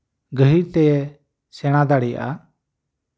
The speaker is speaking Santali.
ᱜᱟᱹᱦᱤᱨ ᱛᱮ ᱥᱮᱬᱟ ᱫᱟᱲᱮᱭᱟᱜᱼᱟ